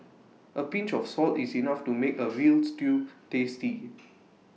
A pinch of salt is enough to make A Veal Stew tasty